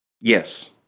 Yes